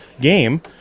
game